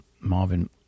Marvin